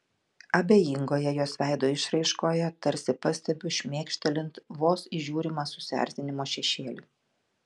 abejingoje jos veido išraiškoje tarsi pastebiu šmėkštelint vos įžiūrimą susierzinimo šešėlį